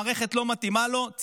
מי שהמערכת לא מתאימה לו,